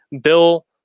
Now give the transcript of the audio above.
Bill